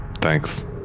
Thanks